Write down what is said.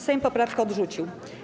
Sejm poprawkę odrzucił.